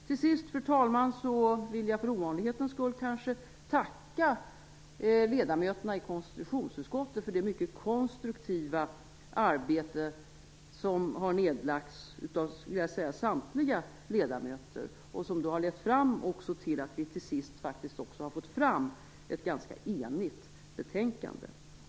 Till sist, fru talman, vill jag för ovanlighetens skull tacka ledamöterna i konstitutionsutskottet för det mycket konstruktiva arbete som har nedlagts av, skulle jag vilja säga, samtliga ledamöter och som också har lett till att vi till sist faktiskt har fått fram ett ganska enigt betänkande.